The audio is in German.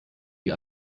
die